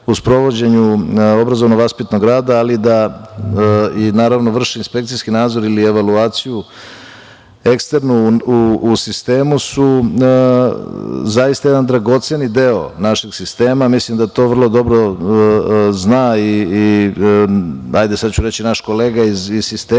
u sprovođenju obrazovno vaspitnog rada, naravno vrši i inspekcijski nadzor ili evaluaciju eksternu u sistemu su zaista jedan dragoceni deo našeg sistema. Mislim da to vrlo dobro zna, hajde sada ću reći naš kolega iz sistema,